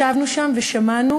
ישבנו שם ושמענו